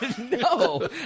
No